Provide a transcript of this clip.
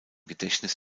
gedächtnis